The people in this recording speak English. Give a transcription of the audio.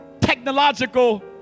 technological